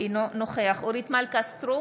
אינו נוכח אורית מלכה סטרוק,